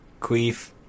queef